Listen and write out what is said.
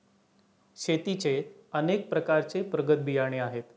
शेतीचे अनेक प्रकारचे प्रगत बियाणे आहेत